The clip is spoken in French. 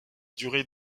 durée